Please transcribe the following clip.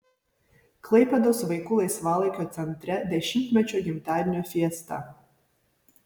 klaipėdos vaikų laisvalaikio centre dešimtmečio gimtadienio fiesta